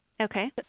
Okay